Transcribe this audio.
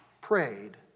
prayed